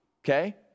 okay